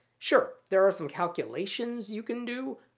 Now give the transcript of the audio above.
sure there are some calculations you can do,